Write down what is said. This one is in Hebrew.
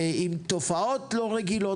עם תופעות לא רגילות,